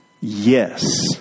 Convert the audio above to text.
Yes